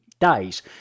days